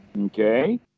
Okay